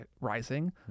rising